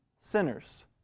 sinners